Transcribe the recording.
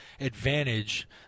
advantage